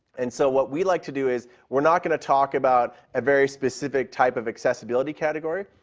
and so what we like to do is we are not going to talk about a very specific type of accessibility category.